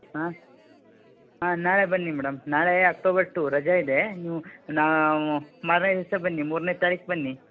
ಹಾಂ ಹಾಂ ನಾಳೆ ಬನ್ನಿ ಮೇಡಮ್ ನಾಳೆ ಅಕ್ಟೋಬರ್ ಟೂ ರಜಾ ಇದೆ ನೀವು ನಾ ಮಾರನೇ ದಿವಸ ಬನ್ನಿ ಮೂರನೇ ತಾರೀಕು ಬನ್ನಿ